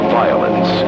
violence